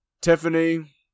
Tiffany